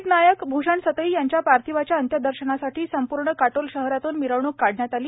शहीद नायक भूषण सतई यांच्या पार्थिवाच्या अंत्यदर्शनासाठी संपूर्ण काटोल शहरातून मिरवणूक काढण्यात आली